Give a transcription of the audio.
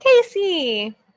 Casey